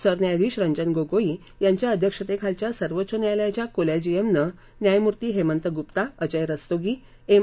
सरन्यायाधीश रंजन गोगोई यांच्या अध्यक्षतेखालच्या सर्वोच्च न्यायालयाच्या कोलॅजियमनं न्यायमूर्ती हेमंत गुप्ता अजय रस्तोगी एम